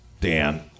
Dan